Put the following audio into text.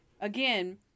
Again